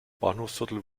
bahnhofsviertel